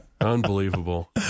Unbelievable